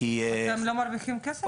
אתם לא מרוויחים כסף מזה?